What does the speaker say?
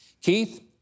Keith